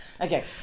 okay